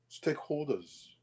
stakeholders